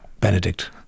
benedict